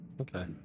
okay